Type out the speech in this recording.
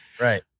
Right